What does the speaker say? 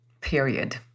period